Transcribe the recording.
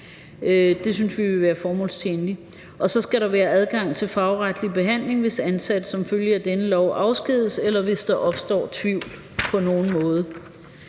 Det synes vi ville være formålstjenligt. 9) Der skal være adgang til fagretlig behandling, hvis ansatte som følge af denne lov afskediges, eller hvis der opstår tvivl på nogen måde.